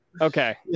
Okay